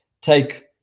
take